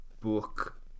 book